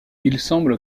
semble